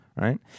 right